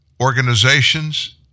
organizations